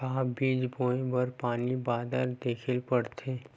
का बीज बोय बर पानी बादल देखेला पड़थे?